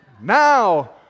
Now